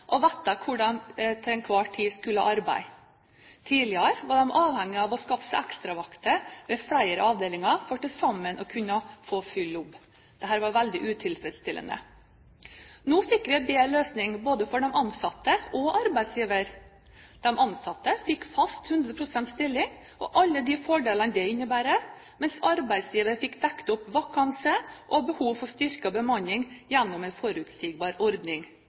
og vite hvor de til enhver tid skulle arbeide. Tidligere var de avhengige av å skaffe seg ekstravakter ved flere avdelinger for til sammen å kunne få full jobb. Dette var veldig utilfredsstillende. Nå fikk vi en bedre løsning både for de ansatte og for arbeidsgiver. De ansatte fikk fast 100 pst. stilling og alle de fordelene det innebærer, mens arbeidsgiver fikk dekket opp vakanse og behov for styrket bemanning gjennom en forutsigbar ordning.